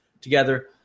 together